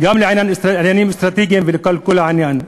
גם המשרד לעניינים אסטרטגיים וגם לכל עניין.